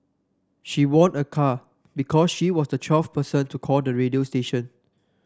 she won a car because she was the twelfth person to call the radio station